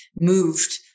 moved